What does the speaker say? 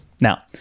now